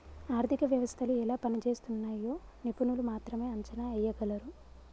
ఆర్థిక వ్యవస్థలు ఎలా పనిజేస్తున్నయ్యో నిపుణులు మాత్రమే అంచనా ఎయ్యగలరు